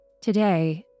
Today